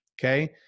Okay